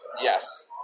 Yes